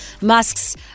Musk's